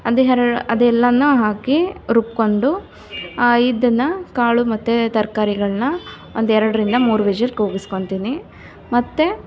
ಅದಿ ಹರ ಅದೆಲ್ಲನೂ ಹಾಕಿ ರುಬ್ಬಿಕೊಂಡು ಇದನ್ನು ಕಾಳು ಮತ್ತೆ ತರಕಾರಿಗಳನ್ನ ಒಂದು ಎರಡರಿಂದ ಮೂರು ವಿಝೀಲ್ ಕೂಗಿಸ್ಕೊಳ್ತೀನಿ ಮತ್ತೆ